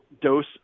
dose